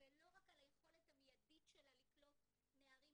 ולא רק על היכולת המיידית שלה לקלוט נערים,